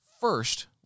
first